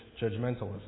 judgmentalism